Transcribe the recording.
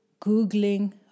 googling